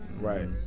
right